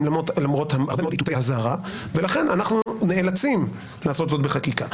למרות הרבה מאוד איתותי אזהרה ולכן אנחנו נאלצים לעשות זאת בחקיקה.